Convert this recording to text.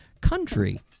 country